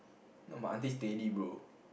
no my auntie steady bro